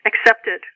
accepted